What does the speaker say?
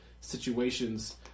situations